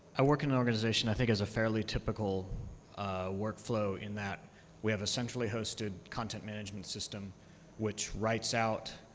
i work in in organization i think that has a fairly typical workflow, in that we have a centrally hosted content management system which writes out